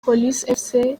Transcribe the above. police